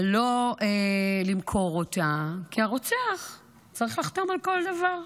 לא למכור אותה, כי הרוצח צריך לחתום על כל דבר.